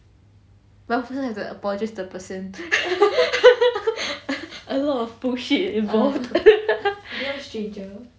have to apologise to the person a lot of bullshit involved